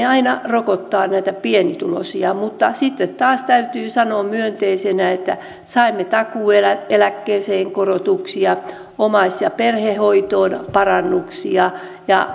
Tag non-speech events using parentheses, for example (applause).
(unintelligible) aina rokottavat näitä pienituloisia mutta sitten taas täytyy sanoa myönteisenä asiana että saimme takuueläkkeeseen korotuksia omais ja perhehoitoon parannuksia ja ja